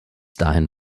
dahin